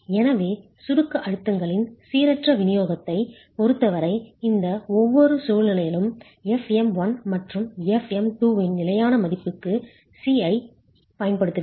எனவே சுருக்க அழுத்தங்களின் சீரற்ற விநியோகத்தைப் பொறுத்தவரை இந்த ஒவ்வொரு சூழ்நிலையிலும் fm1 மற்றும் fm2 இன் நிலையான மதிப்புக்கு Ci ஐ மதிப்பிடுவீர்கள்